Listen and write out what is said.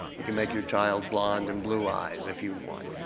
you can make your child blond and blue eyes if you want.